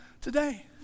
today